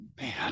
man